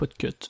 Podcut